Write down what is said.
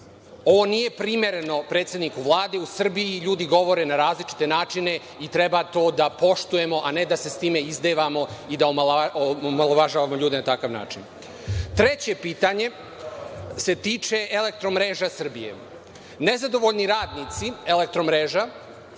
Ovo nije primereno predsedniku Vlade. U Srbiji ljudi govore na različite načine i treba to da poštujemo, a ne da se s time izdevamo i da omalovažavamo ljude na takav način. Treće pitanje se tiče Elektromreža Srbije. Nezadovoljni radnici Elektromreža